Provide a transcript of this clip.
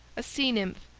a sea-nymph,